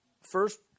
first